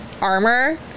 armor